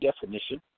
definition